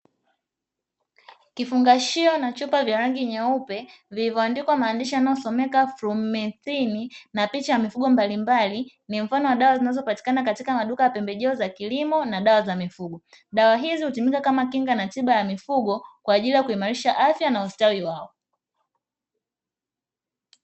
Kifungashio na chupa vya rangi nyeupe vilivyoandikwa maandishi yanayosomeka "FLUMETHNIN" na picha ya mifugo mbalimbali ni mfano wa dawa zinazopatikana katika maduka ya pembejeo za kilimo na dawa za mifugo. Dawa hizi hutumika kama kinga na tiba ya mifugo kwa ajili ya kuimarisha afya na ustawi wao.